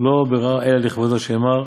לא בראו אלא לכבודו, שנאמר